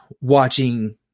watching